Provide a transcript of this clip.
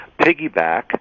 piggyback